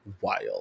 wild